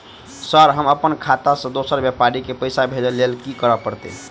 Sir हम अप्पन खाता सऽ दोसर व्यापारी केँ पैसा भेजक लेल की करऽ पड़तै?